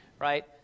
Right